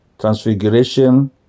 transfiguration